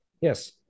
Yes